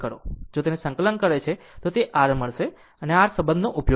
જો તેને સંકલન કરે છે તો તે r મળશે અને આ સંબંધનો ઉપયોગ કરશે